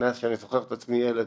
מאז שאני זוכר את עצמי כילד,